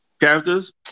characters